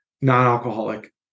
non-alcoholic